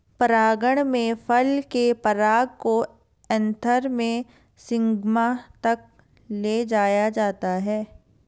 परागण में फल के पराग को एंथर से स्टिग्मा तक ले जाया जाता है